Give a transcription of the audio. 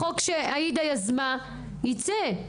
החוק שעאידה יזמה, יצא.